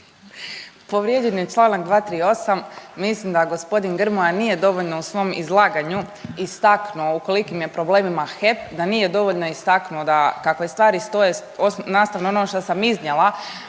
Povrijeđen je članak 238. Mislim da gospodin Grmoja nije dovoljno u svom izlaganju istaknuo u kolikim je problemima HEP, da nije dovoljno istaknuo da kako stvari stoje nastavno na ono što sam iznijela